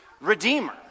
redeemer